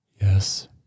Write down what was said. Yes